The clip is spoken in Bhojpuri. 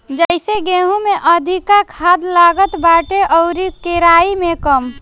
जइसे गेंहू में अधिका खाद लागत बाटे अउरी केराई में कम